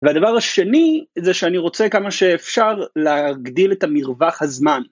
והדבר השני זה שאני רוצה כמה שאפשר להגדיל את המרווח הזמן.